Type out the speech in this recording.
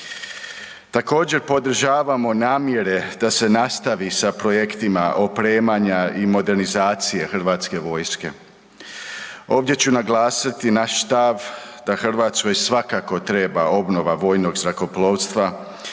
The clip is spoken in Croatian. Također, podržavamo namjere da se nastavi sa projektima opremanja i modernizacije HV-a. Ovdje ću naglasiti naš stav naglasiti naš stav da Hrvatskoj svakako treba obnova vojnog zrakoplovstva